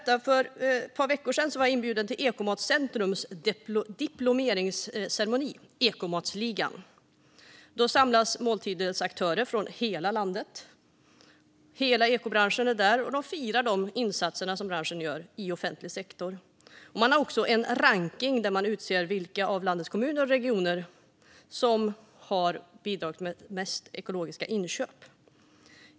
För ett par veckor sedan var jag inbjuden till Ekomatcentrums diplomeringsceremoni Ekomatsligan. Här samlades måltidsaktörer från hela landet och hela ekobranschen och firade de insatser branschen gör i offentlig sektor. En rankning visade också vilka kommuner och regioner som hade gjort flest ekologiska inköp.